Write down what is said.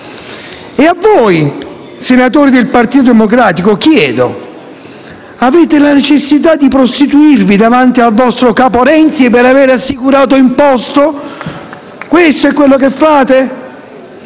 A voi, senatori del Partito Democratico, chiedo: avete la necessità di prostituirvi davanti al vostro capo Renzi per avere assicurato un posto? Questo è ciò che fate?